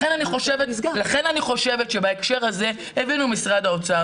לכן אני חושבת שבהקשר הזה הבינו משרד האוצר.